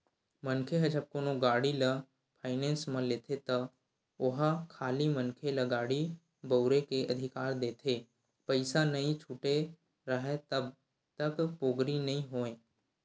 मनखे ह जब कोनो गाड़ी ल फायनेंस म लेथे त ओहा खाली मनखे ल गाड़ी बउरे के अधिकार देथे पइसा नइ छूटे राहय तब तक पोगरी नइ होय